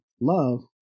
Love